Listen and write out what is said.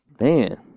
man